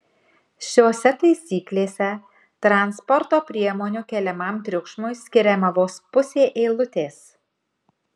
šiose taisyklėse transporto priemonių keliamam triukšmui skiriama vos pusė eilutės